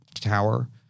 tower